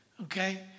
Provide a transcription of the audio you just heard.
okay